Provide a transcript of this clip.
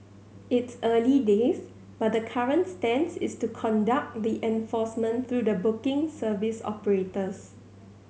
it's early days but the current stance is to conduct the enforcement through the booking service operators